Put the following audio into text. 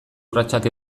urratsak